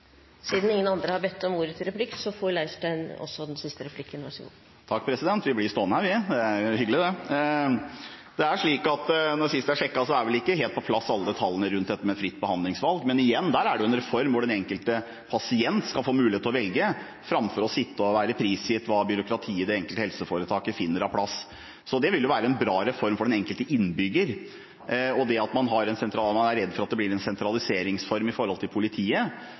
Siden ingen andre har bedt om ordet til replikk, får representanten Leirstein også den siste replikken. Vi blir stående her, det er hyggelig. Det er slik at sist jeg sjekket, var ikke alle detaljene rundt dette med fritt behandlingsvalg helt på plass. Men igjen: Der er det en reform hvor den enkelte pasient skal få mulighet til å velge, framfor å sitte og være prisgitt hva byråkratiet i det enkelte helseforetaket finner av plass. Det vil være en bra reform for den enkelte innbygger. Til det at man er redd for at det blir en sentraliseringsreform i politiet: